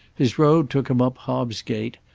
his road took him up hobbs gate,